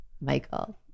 Michael